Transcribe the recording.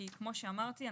כי כמו שאמרתי,